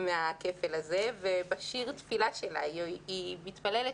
מן הכפל הזה ובשיר "תפילה" היא מתפללת: